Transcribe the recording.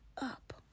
up